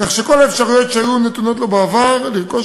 כך שכל האפשרויות שהיו נתונות לו בעבר לרכוש